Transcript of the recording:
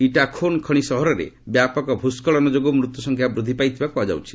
Itogon ଖଣି ସହରରେ ବ୍ୟାପକ ଭୂଷ୍କଳନ ଯୋଗୁଁ ମୃତ୍ୟୁ ସଂଖ୍ୟା ବୃଦ୍ଧି ପାଇଥିବା କୁହାଯାଉଛି